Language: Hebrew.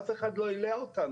אף אחד לא העלה אותנו.